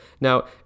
Now